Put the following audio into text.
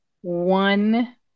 one